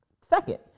second